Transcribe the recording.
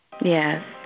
Yes